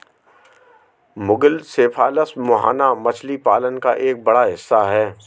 मुगिल cephalus मुहाना मछली पालन का एक बड़ा हिस्सा है